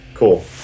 cool